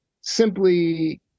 simply